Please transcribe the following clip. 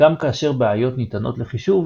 גם כאשר בעיות ניתנות לחישוב,